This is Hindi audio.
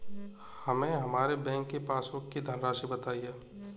हमें हमारे बैंक की पासबुक की धन राशि बताइए